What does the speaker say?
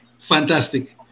fantastic